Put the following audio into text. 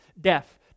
deaf